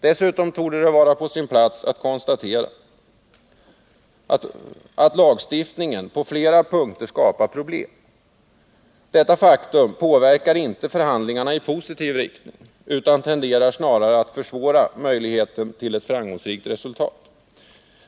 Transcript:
Dessutom torde det vara på sin plats att konstatera att lagstiftningen på flera punkter skapar problem. Detta faktum påverkar inte förhandlingarna i positiv riktning, utan tenderar snarare att försvåra möjligheten till ett framgångsrikt resultat.